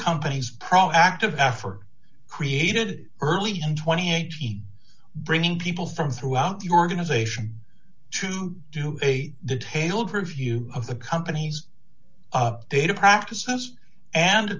company's proactive effort created early in twenty eight feet bringing people from throughout the organization to do a detailed review of the companies they do practices and